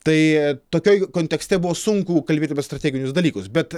tai tokioj kontekste buvo sunku kalbėt apie strateginius dalykus bet